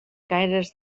gaires